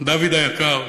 דוד היקר: